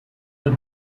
were